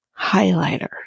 highlighter